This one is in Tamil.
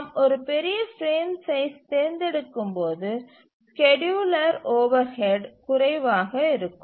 நாம் ஒரு பெரிய பிரேம் சைஸ் தேர்ந்தெடுக்கும்போது ஸ்கேட்யூலர் ஓவர்ஹெட் குறைவாக இருக்கும்